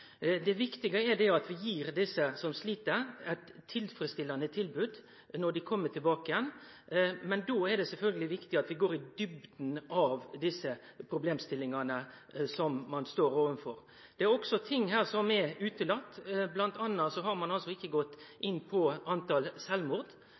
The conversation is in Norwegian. Det viktige er at vi gir dei som slit, eit tilfredsstillande tilbod når dei kjem tilbake, men då er det sjølvsagt viktig at vi går i djupna på dei problemstillingane som ein står overfor. Det er også ting her som er utelatne. Blant anna har ein ikkje gått